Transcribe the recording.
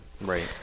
right